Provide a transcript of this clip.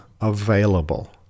available